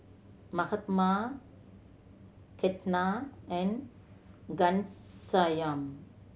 Mahatma Ketna and Ghanshyam